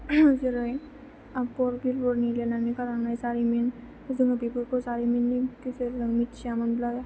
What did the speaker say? जेरै आकबर बिरबलनि लिरनानै गालांनाय जारिमिन जोङो बेफोरखौ जारिमिननि गेजेरजों मिथियामोनब्ला